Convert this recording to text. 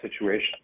situation